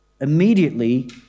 immediately